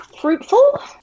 fruitful